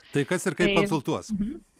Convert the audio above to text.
tai kas ir kaip konsultuos